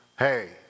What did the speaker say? Hey